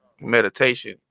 meditation